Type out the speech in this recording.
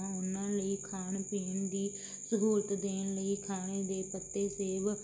ਉਹਨਾਂ ਲਈ ਖਾਣ ਪੀਣ ਦੀ ਸਹੂਲਤ ਦੇਣ ਲਈ ਖਾਣੇ ਦੇ ਪੱਤੇ ਸੇਬ